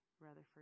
Rutherford